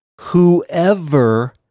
whoever